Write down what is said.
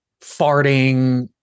farting